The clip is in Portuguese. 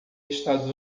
estados